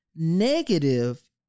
Negative